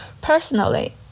Personally